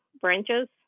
branches